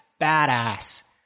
badass